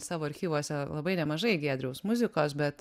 savo archyvuose labai nemažai giedriaus muzikos bet